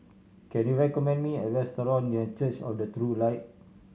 can you recommend me a restaurant near Church of the True Light